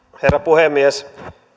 herra puhemies